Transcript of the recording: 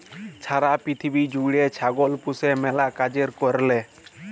ছারা পিথিবী জ্যুইড়ে ছাগল পুষে ম্যালা কাজের কারলে